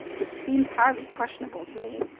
which seems highly questionable to me.